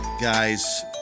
Guys